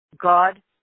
God